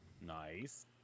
Nice